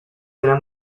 era